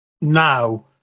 now